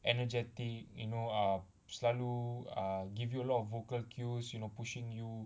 energetic you know err selalu err give you a lot of vocal cues you know pushing you